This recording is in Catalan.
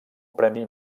premi